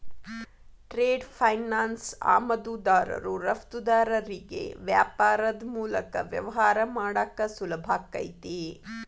trade finance ಆಮದುದಾರರು ರಫ್ತುದಾರರಿಗಿ ವ್ಯಾಪಾರದ್ ಮೂಲಕ ವ್ಯವಹಾರ ಮಾಡಾಕ ಸುಲಭಾಕೈತಿ